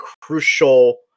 crucial